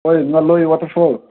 ꯍꯣꯏ ꯉꯥꯂꯣꯏ ꯋꯥꯇꯔꯐꯣꯜ